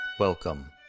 Welcome